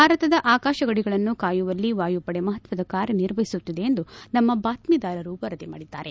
ಭಾರತದ ಆಕಾಶಗಡಿಗಳನ್ನು ಕಾಯುವಲ್ಲಿ ವಾಯುಪಡೆ ಮಹತ್ವದ ಕಾರ್ಯ ನಿರ್ವಹಿಸುತ್ತಿದೆ ಎಂದು ನಮ್ಮ ಬಾತ್ತಿದಾರರು ವರದಿ ಮಾಡಿದ್ಗಾರೆ